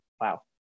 Wow